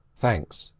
thanks,